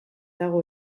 dago